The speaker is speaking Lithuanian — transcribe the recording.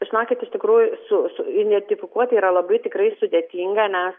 žinokit iš tikrųjų su su identifikuoti yra labai tikrai sudėtinga nes